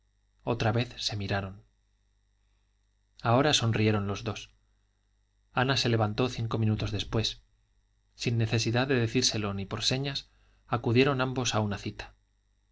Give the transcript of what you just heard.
otra vez se miraron ahora sonrieron los dos ana se levantó cinco minutos después sin necesidad de decírselo ni por señas acudieron ambos a una cita